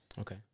Okay